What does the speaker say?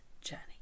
journey